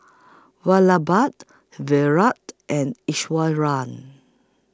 Virat and Iswaran